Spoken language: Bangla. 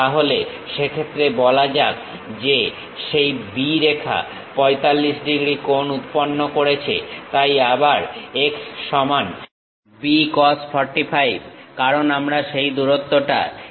তাহলে সেক্ষেত্রে বলা যাক যে সেই B রেখা 45 ডিগ্রী কোণ উৎপন্ন করেছে তাই আবার x সমান B cos 45 কারণ আমরা সেই দূরত্বটা এই তলে আবার প্রজেক্ট করেছি